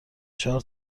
چهار